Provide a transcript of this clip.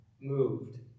moved